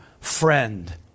friend